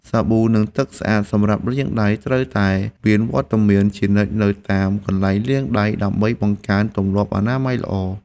សាប៊ូនិងទឹកស្អាតសម្រាប់លាងដៃត្រូវតែមានវត្តមានជានិច្ចនៅតាមកន្លែងលាងដៃដើម្បីបង្កើនទម្លាប់អនាម័យល្អ។